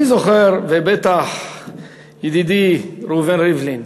אני זוכר, ובטח ידידי ראובן ריבלין,